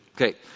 Okay